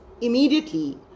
immediately